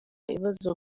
ibibazo